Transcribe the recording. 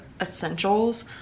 essentials